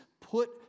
put